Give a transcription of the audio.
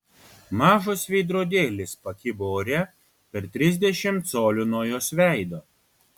mažas veidrodėlis pakibo ore per trisdešimt colių nuo jos veido